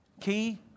key